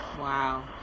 Wow